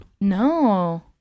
No